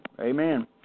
Amen